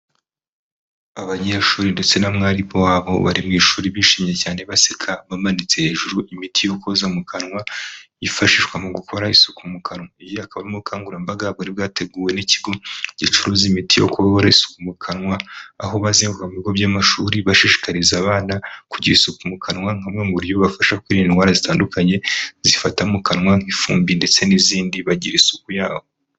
Abanyeshuri ndetse na mwarimu wabo bari mu ishuri bishimye cyane baseka, bamanitse hejuru imiti yo koza mu kanwa yifashishwa mu gukora isuku mu kanwa. Ubu bukaba ari ubukangurambaga bwari bwateguwe n'ikigo gicuruza imiti yo gokoresha mu kanwa aho bazengu mu bigo by'amashuri bashishikariza abana kugira isuku mu kanwa. nka bumwe mu buryo bubafasha kwirinda indwara zitandukanye zifata mu kanwa, nk'ifumbi ndetse n'izindi bagira isuku yabo.